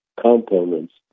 components